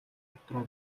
дотроо